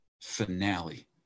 finale